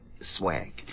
swag